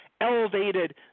elevated